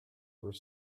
were